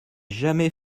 jamais